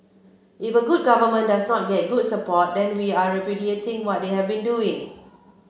if a good government does not get good support then we are repudiating what they have been doing